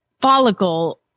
follicle